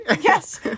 Yes